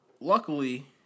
luckily